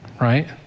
right